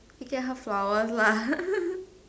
he get her flowers lah